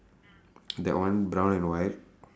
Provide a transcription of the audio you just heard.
that one brown and white